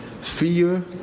fear